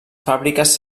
fàbriques